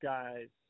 Guys